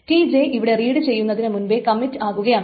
Tj ഇവിടെ raid നടക്കുന്നതിനു മുൻപെ കമ്മിറ്റ് ആകുകയാണ്